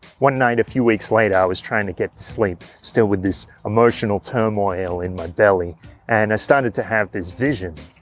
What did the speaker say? one night a few weeks later i was trying to get to sleep still with this emotional turmoil in my belly and i started to have this vision.